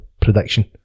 prediction